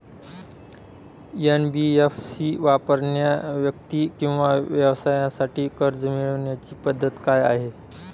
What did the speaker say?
NBFC वापरणाऱ्या व्यक्ती किंवा व्यवसायांसाठी कर्ज मिळविण्याची पद्धत काय आहे?